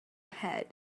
ahead